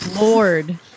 lord